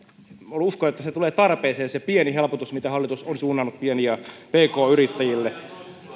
uskon että tulee tarpeeseen se pieni helpotus minkä hallitus on suunnannut pien ja pk yrittäjille